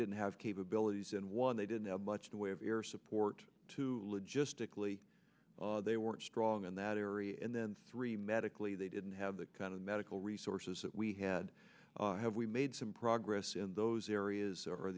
didn't have capabilities and one they didn't have much the way of air support to logistically they weren't strong in that area and then three medically they didn't have the kind of medical resources that we had have we made some progress in those areas o